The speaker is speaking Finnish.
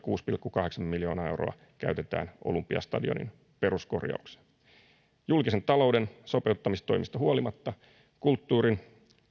kuusi pilkku kahdeksan miljoonaa euroa käytetään olympiastadionin peruskorjaukseen julkisen talouden sopeuttamistoimista huolimatta kulttuurin